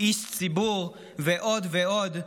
איש ציבור ועוד ועוד.